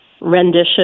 rendition